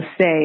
say